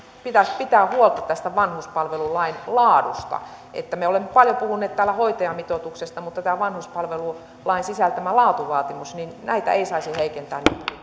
pitäisi pitää huolta tästä vanhuspalvelulain laadusta me olemme paljon puhuneet täällä hoitajamitoituksesta mutta tätä vanhuspalvelulain sisältämää laatuvaatimusta ei saisi heikentää